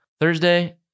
Thursday